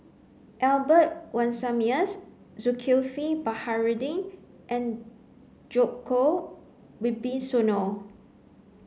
Albert Winsemius Zulkifli Baharudin and Djoko Wibisono